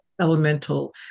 elemental